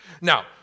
Now